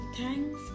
thanks